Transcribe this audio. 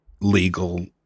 legal